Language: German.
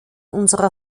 unserer